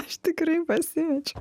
aš tikrai pasimečiau